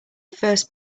first